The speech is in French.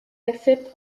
accepte